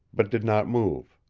but did not move.